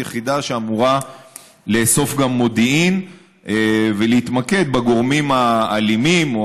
היא יחידה שאמורה גם לאסוף מודיעין ולהתמקד בגורמים האלימים או